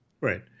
Right